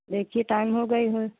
देखिए टाइम हो गया हो